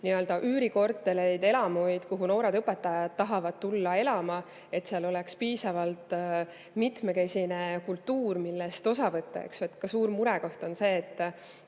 üürikortereid, elamuid, kus noored õpetajad tahavad elada, et seal oleks piisavalt mitmekesine kultuur, millest osa võtta. Suur mure on ju ka see, et